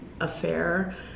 affair